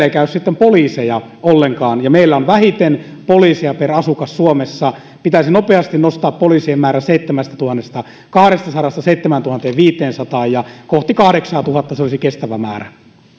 ei käy sitten poliiseja ollenkaan ja meillä suomessa on vähiten poliiseja per asukas pitäisi nopeasti nostaa poliisien määrä seitsemästätuhannestakahdestasadasta seitsemääntuhanteenviiteensataan ja kohti kahdeksaatuhatta se olisi kestävä määrä